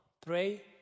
Pray